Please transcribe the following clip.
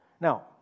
Now